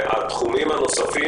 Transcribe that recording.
התחומים הנוספים,